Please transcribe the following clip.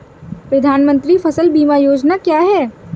प्रधानमंत्री फसल बीमा योजना क्या है?